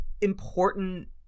important